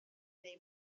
neu